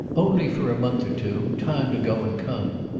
only for a month or two time to go and come.